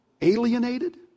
Alienated